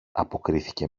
αποκρίθηκε